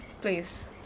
Please